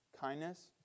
kindness